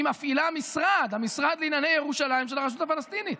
היא מפעילה משרד: המשרד לענייני ירושלים של הרשות הפלסטינית.